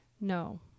No